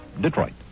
Detroit